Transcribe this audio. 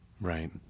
Right